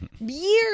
years